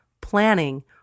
planning